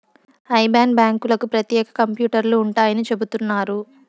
IBAN బ్యాంకులకు ప్రత్యేక కంప్యూటర్లు ఉంటాయని చెబుతున్నారు